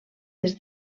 des